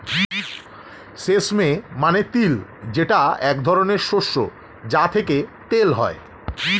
sesame মানে তিল যেটা এক ধরনের শস্য যা থেকে তেল হয়